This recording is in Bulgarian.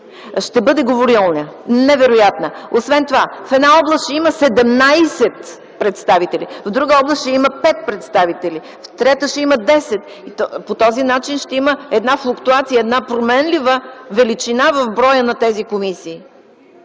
Ще бъде говорилня! Невероятна! Освен това, в една област ще има 17 представители, в друга област ще има 5 представители, а в трета ще има 10. По този начин ще има една променлива величина в броя на тези комисии.